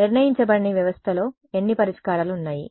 నిర్ణయించబడని వ్యవస్థలో ఎన్ని పరిష్కారాలు ఉన్నాయి